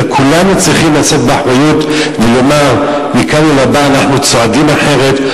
אלא כולנו צריכים לשאת באחריות ולומר: מכאן ולהבא אנחנו צועדים אחרת,